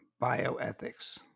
bioethics